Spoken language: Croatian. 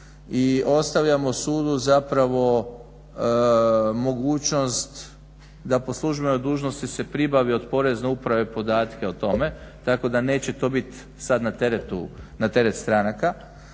i ostavljamo sudu zapravo mogućnost da po službenoj dužnosti se pribavi od Porezne uprave podatke o tome tako da neće to biti sad na teret stranaka.